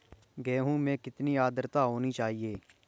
गेहूँ के लिए कितनी आद्रता होनी चाहिए?